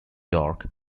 york